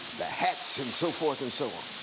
the hats, and so forth and so on.